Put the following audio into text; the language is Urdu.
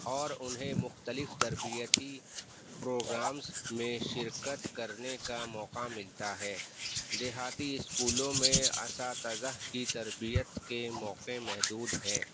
اور انہیں مختلف تربیتی پروگرامس میں شرکت کرنے کا موقع ملتا ہے دیہاتی اسکولوں میں اساتذہ کی تربیت کے موقعے محدود ہیں